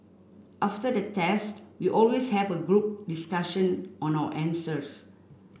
after the test we always have a group discussion on our answers